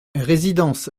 résidence